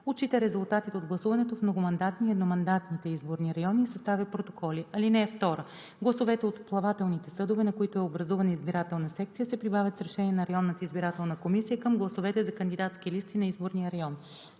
отчита резултатите от гласуването в многомандатния и едномандатните изборни райони и съставя протоколи. (2) Гласовете от плавателните съдове, на които е образувана избирателна секция, се прибавят с решение на районната избирателна комисия към гласовете за кандидатски листи на изборния район.